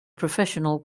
professional